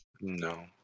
No